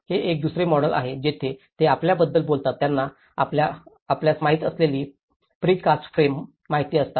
हे एक दुसरे मॉडेल आहे जेथे ते आपल्याबद्दल बोलतात त्यांना आपल्यास माहित असलेल्या प्री कास्ट फ्रेम्स माहित असतात